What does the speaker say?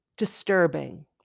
disturbing